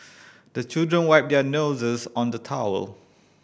the children wipe their noses on the towel